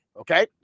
Okay